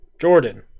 Jordan